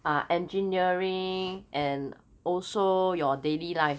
ah engineering and also your daily life